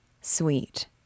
Sweet